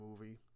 movie